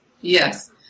Yes